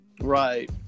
Right